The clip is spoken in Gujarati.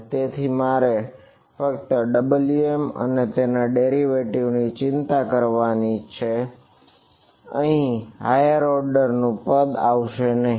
તેથી મારે ફક્ત Wm અને તેના ડેરિવેટિવ નું પદ આવશે નહિ